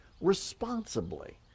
responsibly